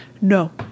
No